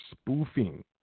spoofing